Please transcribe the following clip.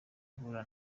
guhura